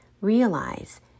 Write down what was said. realize